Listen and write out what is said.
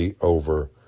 over